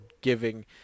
giving